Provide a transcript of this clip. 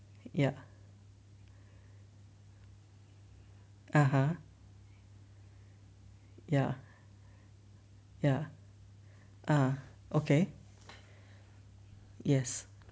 ya ya ya ah okay yes